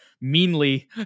meanly